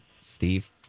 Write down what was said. Steve